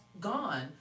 gone